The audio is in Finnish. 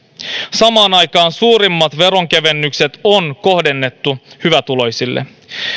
samaan aikaan suurimmat veronkevennykset on kohdennettu hyvätuloisille